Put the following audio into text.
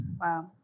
Wow